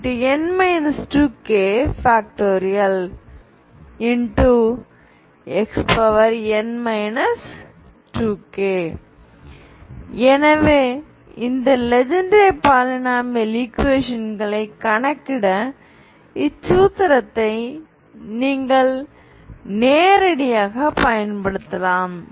xn 2k எனவே இந்த Legendre polynomial ஈக்குவேஷன்களை கணக்கிட இச்சூத்திரத்தை நீங்கள் நேரடியாகப் பயன்படுத்தலாம்